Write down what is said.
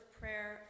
prayer